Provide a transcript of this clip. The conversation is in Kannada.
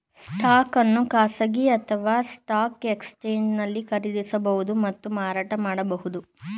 ಸ್ಟಾಕ್ ಅನ್ನು ಖಾಸಗಿ ಅಥವಾ ಸ್ಟಾಕ್ ಎಕ್ಸ್ಚೇಂಜ್ನಲ್ಲಿ ಖರೀದಿಸಬಹುದು ಮತ್ತು ಮಾರಾಟ ಮಾಡಬಹುದು